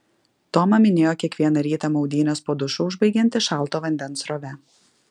toma minėjo kiekvieną rytą maudynes po dušu užbaigianti šalto vandens srove